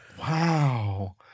Wow